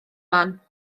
man